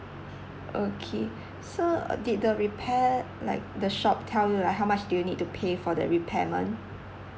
okay so uh did the repair like the shop tell you like how much do you need to pay for the repairment